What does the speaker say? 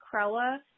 Krella